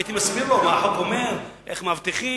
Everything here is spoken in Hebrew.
והייתי מסביר לו מה החוק אומר, איך מאבטחים,